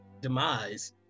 demise